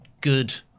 good